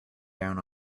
down